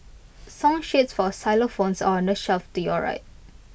song sheets for xylophones are on the shelf to your right